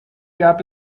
gab